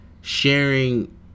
sharing